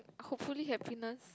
hopefully happiness